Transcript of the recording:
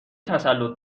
تسلط